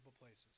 places